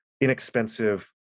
inexpensive